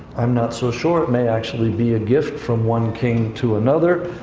i'm not so sure. it may actually be a gift from one king to another.